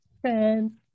Friends